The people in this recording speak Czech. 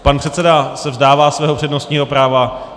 Pan předseda se vzdává svého přednostního práva.